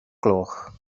gloch